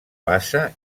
bassa